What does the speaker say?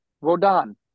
Rodan